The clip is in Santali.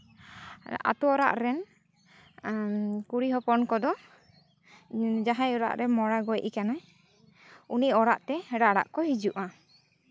ᱟᱹᱛᱩ ᱚᱲᱟᱜ ᱨᱮᱱ ᱠᱩᱲᱤ ᱦᱚᱯᱚᱱ ᱠᱚᱫᱚ ᱡᱟᱦᱟᱸᱭ ᱚᱲᱟᱜ ᱨᱮ ᱢᱚᱲᱟᱭ ᱜᱚᱡ ᱟᱠᱟᱱᱟᱭ ᱩᱱᱤ ᱚᱲᱟᱜ ᱛᱮ ᱨᱟᱨᱟᱜ ᱠᱚ ᱦᱤᱡᱩᱜᱼᱟ